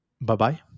Bye-bye